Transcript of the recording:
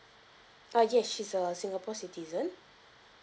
ah yes she's a singapore citizen